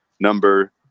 number